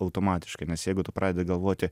automatiškai nes jeigu tu pradedi galvoti